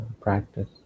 practice